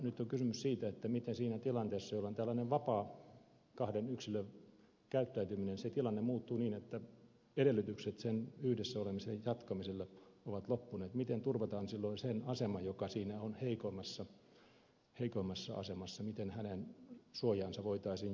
nyt on kysymys siitä miten siinä tilanteessa jolloin tällainen vapaa kahden yksilön käyttäytyminen se tilanne muuttuu niin että edellytykset yhdessä olemisen jatkamiselle ovat loppuneet turvataan silloin sen asema joka siinä on heikommassa asemassa miten hänen suojaansa voitaisiin jotenkin vahvistaa